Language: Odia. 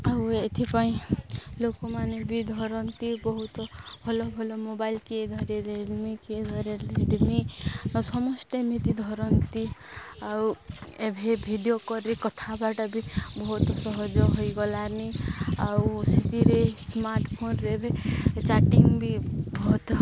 ଆଉ ଏଥିପାଇଁ ଲୋକମାନେ ବି ଧରନ୍ତି ବହୁତ ଭଲ ଭଲ ମୋବାଇଲ୍ କିଏ ଧରେ ରେଡ଼ମି କିଏ ଧରେ ରେଡ଼ମି ଆଉ ସମସ୍ତେ ଏମିତି ଧରନ୍ତି ଆଉ ଏବେ ଭିଡ଼ିଓ କଲ୍ରେ କଥାହବାଟା ବି ବହୁତ ସହଜ ହେଇଗଲାନି ଆଉ ସେଥିରେ ସ୍ମାର୍ଟଫୋନ୍ରେ ଏବେ ଚାଟିଂ ବି ବହୁତ